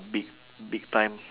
big big tongue